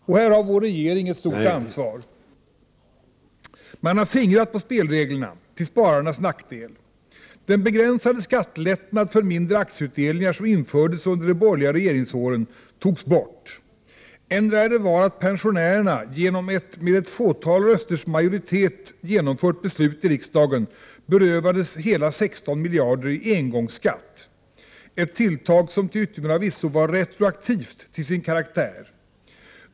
Och här har vår regering ett stort ansvar: man har fingrat på spelreglerna, till spararnas nackdel! Den begränsade skattelättnad för mindre aktieutdelningar som infördes under de borgerliga regeringsåren togs bort. Än värre var att pensionärerna genom ett med ett fåtal rösters majoritet genomfört beslut i riksdagen berövades hela 16 miljarder i ”engångsskatt” — ett tilltag som till yttermera visso var retroaktivt till sin karaktär.